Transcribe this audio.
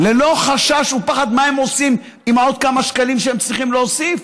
ללא חשש ופחד מה הם עושים עם עוד כמה שקלים שהם צריכים להוסיף.